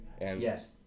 Yes